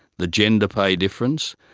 the gender pay difference,